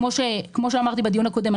כמו שאמרתי בדיון הקודם,